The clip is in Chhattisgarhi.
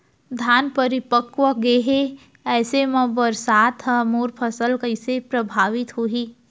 धान परिपक्व गेहे ऐसे म बरसात ह मोर फसल कइसे प्रभावित होही?